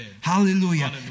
Hallelujah